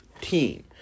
team